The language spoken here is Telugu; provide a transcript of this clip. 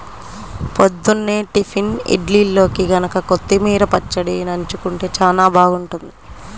పొద్దున్నే టిఫిన్ ఇడ్లీల్లోకి గనక కొత్తిమీర పచ్చడి నన్జుకుంటే చానా బాగుంటది